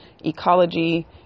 ecology